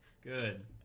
Good